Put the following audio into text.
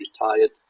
retired